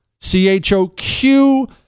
C-H-O-Q-